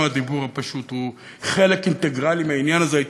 גם הדיבור הפשוט הוא חלק אינטגרלי מהעניין הזה.